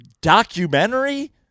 documentary